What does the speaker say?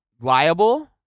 liable